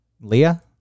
Leah